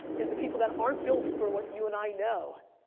is the people that aren't built for what you and i know.